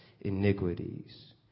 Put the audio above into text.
iniquities